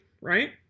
right